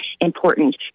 important